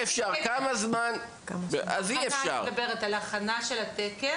אני מדברת על הכנה של התקן.